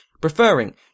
preferring